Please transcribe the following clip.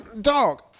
dog